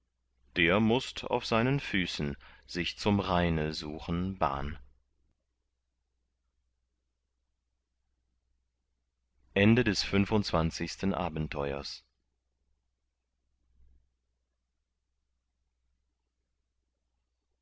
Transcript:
der mußt auf seinen füßen sich zum rheine suchen bahn sechsundzwanzigstes abenteuer